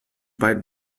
beiden